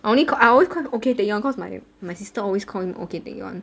I only call I always call him ok taecyeon cause my my sister always call him ok taecyeon